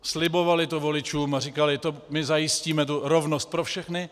Slibovaly to voličům a říkaly: my zajistíme rovnost pro všechny.